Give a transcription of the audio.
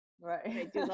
Right